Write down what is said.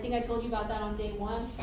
and i told you about that on day one.